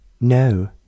No